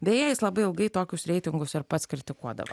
beje jis labai ilgai tokius reitingus ir pats kritikuodavo